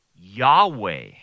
Yahweh